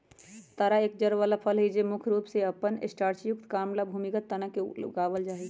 तारा एक जड़ वाला फसल हई जो मुख्य रूप से अपन स्टार्चयुक्त कॉर्म या भूमिगत तना ला उगावल जाहई